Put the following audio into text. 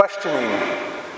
questioning